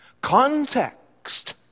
Context